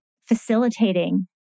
facilitating